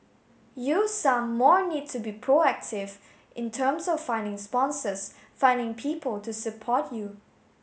you some more need to be proactive in terms of finding sponsors finding people to support you